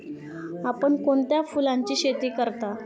आपण कोणत्या फुलांची शेती करता?